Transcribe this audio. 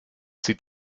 sieht